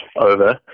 over